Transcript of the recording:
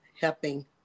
helping